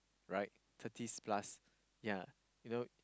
right thirties plus right ya you know